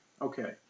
Okay